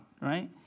Right